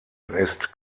ist